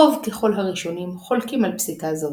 רוב ככל הראשונים חולקים על פסיקה זאת,